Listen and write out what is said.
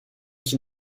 qui